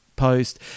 post